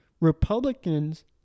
Republicans